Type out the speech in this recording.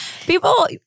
people